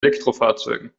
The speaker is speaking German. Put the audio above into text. elektrofahrzeugen